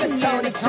Tony